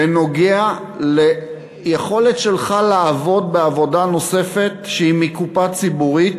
בנוגע ליכולת שלך לעבוד בעבודה נוספת שהיא מקופה ציבורית,